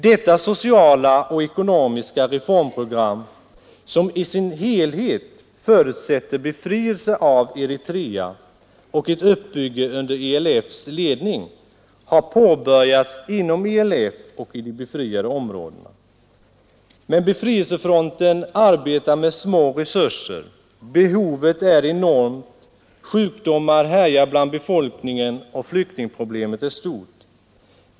Detta sociala och ekonomiska reformprogram, som i sin helhet förutsätter befrielse av Eritrea och en uppbyggnad under ELF:s ledning, har påbörjats inom ELF och de befriade områdena. Men befrielsefronten arbetar med små resurser. Behovet är enormt, sjukdomar härjar bland befolkningen och flyktingproblemet är stort.